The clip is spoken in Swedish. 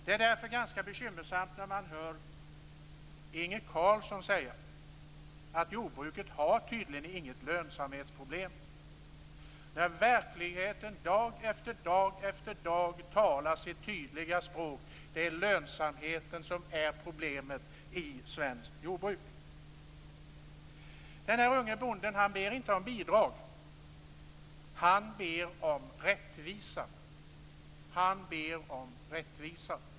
Det är därför ganska bekymmersamt när man hör Inge Carlsson säga att jordbruket inte har något lönsamhetsproblem, när verkligheten dag efter dag efter dag talar sitt tydliga språk: det är lönsamheten som är problemet i svenskt jordbruk. Den här unge bonden ber inte om bidrag. Han ber om rättvisa.